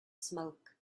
smoke